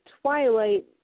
Twilight